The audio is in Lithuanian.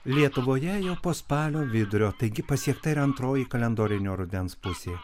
lietuvoje jau po spalio vidurio taigi pasiekta ir antroji kalendorinio rudens pusė